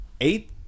eight